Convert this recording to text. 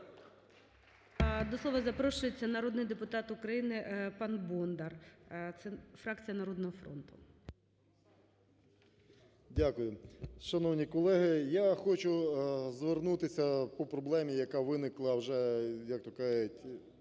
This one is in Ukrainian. До слова запрошується народний депутат України пан Бондар, фракція "Народного фронту". 14:03:23 БОНДАР М.Л. Дякую. Шановні колеги, я хочу звернутися по проблемі, яка виникла вже, як то кажуть,